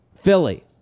philly